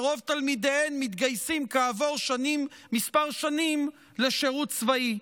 שרוב תלמידיהן מתגייסים כעבור שנים מספר לשירות צבאי.